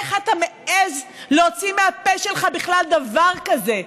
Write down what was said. איך אתה מעז להוציא מהפה שלך בכלל דבר כזה,